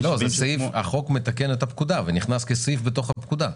החוק מתקן את הפקודה ונכנס כסעיף בתוך הפקודה.